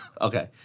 Okay